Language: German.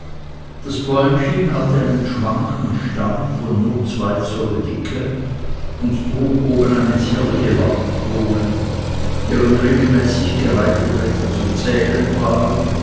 das bäumchen hatte einen schwanken stamm von nur zwei zoll dicke und trug oben eine zierliche laubkrone deren regelmäßig gereihte blätter zu zählen waren